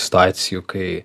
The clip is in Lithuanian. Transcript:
situacijų kai